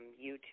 YouTube